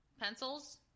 Pencils